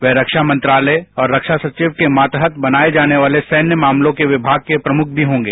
वे रक्षा मंत्रालय और रक्षा सचिव के मातहत बनाये जाने वाले सैन्य मामलों के प्रभाग के प्रमुख भी होंगे